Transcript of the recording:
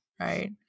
right